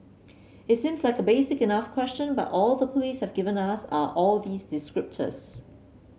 it seems like a basic enough question but all the police have given us are all these descriptors